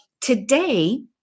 today